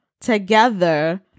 together